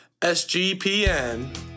SGPN